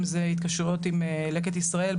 אם זה התקשורת עם לקט ישראל,